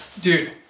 dude